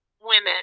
women